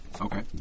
Okay